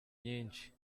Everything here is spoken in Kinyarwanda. nyinshi